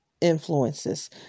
influences